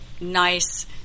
nice